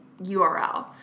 URL